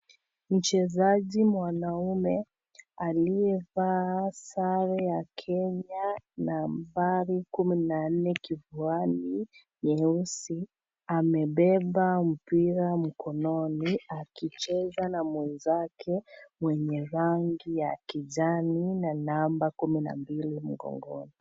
Mchezaji mwanaume aliyevaa sare ya Kenya nambari 14 kifuani nyeusi, amebeba mpira mkononi akicheza na mwenzake mwenye rangi ya kijani na namba 12 mkongoni.